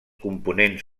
components